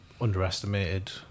underestimated